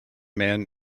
man